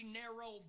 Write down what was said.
narrow